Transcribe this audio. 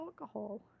alcohol